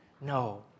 No